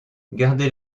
gardez